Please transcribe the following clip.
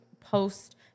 post-